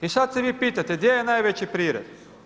I sada se vi pitate gdje je najveći prirez?